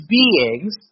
beings